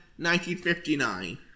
1959